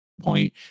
point